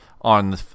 on